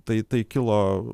tai tai kilo